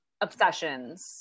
obsessions